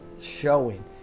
showing